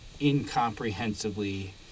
incomprehensibly